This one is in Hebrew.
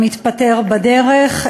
המתפטר בדרך.